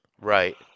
right